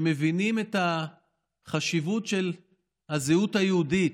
שמבינים את החשיבות של הזהות היהודית,